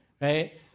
right